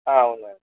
అవును మేడం